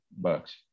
Bucks